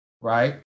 Right